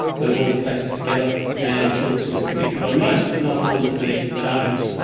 heard all the cases together and phillips was convicted on most but not all of the charges.